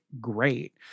great